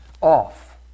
off